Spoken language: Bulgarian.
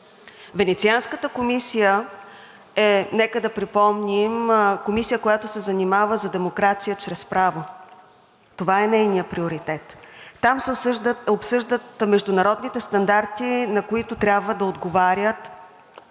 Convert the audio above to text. Венецианската комисия е, нека да припомним, комисия, която се занимава с демокрация чрез право. Това е нейният приоритет. Там се обсъждат международните стандарти, на които трябва да отговаря